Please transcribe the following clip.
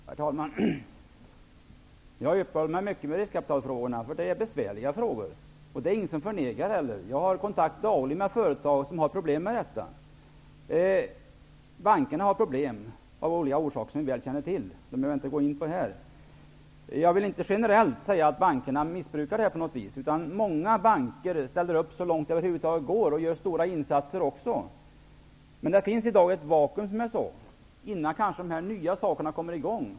Herr talman! Jag uppehåller mig mycket vid riskkapitalfrågorna, därför att frågorna är besvärliga, vilket ingen heller förnekar. Jag har dagligen kontakt med företag som har problem med detta. Bankerna har problem av orsaker som vi väl känner till, så dessa behöver jag inte gå in på här. Jag vill inte generellt säga att bankerna missbrukar det här på något vis. Många banker ställer upp så långt det över huvud taget går och gör också stora insatser. Det finns i dag, som jag sade, ett vakuum innan de nya verksamheterna kommer i gång.